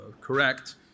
correct